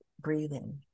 breathing